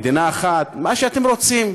מדינה אחת מה שאתם רוצים,